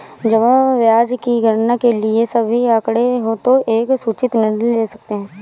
जमा ब्याज की गणना के लिए सभी आंकड़े हों तो एक सूचित निर्णय ले सकते हैं